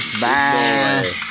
bye